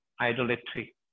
idolatry